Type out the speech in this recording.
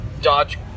Dodge